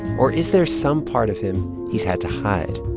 or is there some part of him he's had to hide?